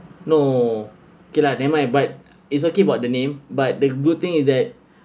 no okay lah never mind but it's okay about the name but the good thing is that